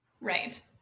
Right